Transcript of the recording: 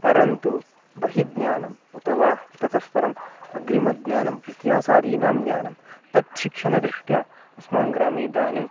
परन्तु बहिर्ज्ञानम् उत वा ततःपरम् अग्रिमज्ञानम् इतिहासादीनां ज्ञानं तत् शिक्षणदृष्ट्या अस्माकं ग्रामे इदानीं